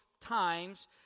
times